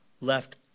left